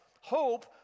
hope